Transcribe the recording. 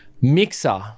mixer